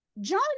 John